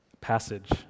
passage